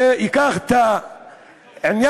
ייקח את העניין,